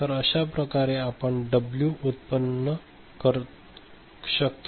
तर अशाप्रकारे आपण डब्ल्यू उत्पन्न करू शकतो